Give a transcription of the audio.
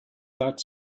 that